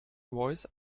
voice